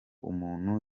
umuntu